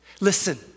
Listen